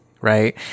Right